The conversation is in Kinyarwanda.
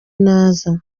naza